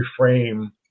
reframe